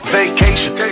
vacation